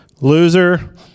Loser